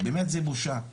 באמת זה בושה.